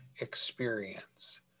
experience